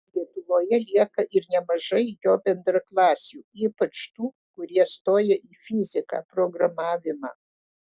lietuvoje lieka ir nemažai jo bendraklasių ypač tų kurie stoja į fiziką programavimą